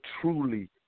truly